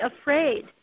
afraid